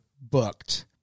booked